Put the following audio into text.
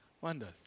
wonders